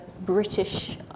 British